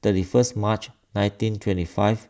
thirty first March nineteen twenty five